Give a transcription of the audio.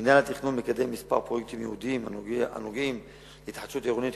מינהל התכנון מקדם כמה פרויקטים ייעודיים הנוגעים להתחדשות עירונית,